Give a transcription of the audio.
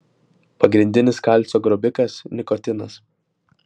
pagrindinis kalcio grobikas nikotinas